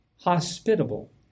hospitable